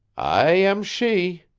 i am she,